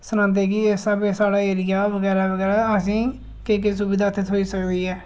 सनांदे की के इस स्हाबै साढ़ा एरिया बगैरा बगैरा असेंगी केह् केह् सुविधा इत्थै थ्होई सकदी ऐ